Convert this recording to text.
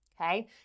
okay